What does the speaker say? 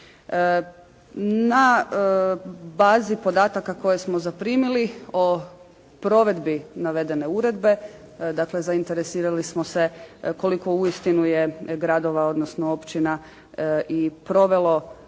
Na bazi podataka koje smo zaprimili o provedbi navedene uredbe dakle zainteresirali smo se koliko uistinu je gradova odnosno općina i provelo ovu uredbu,